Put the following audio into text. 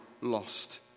lost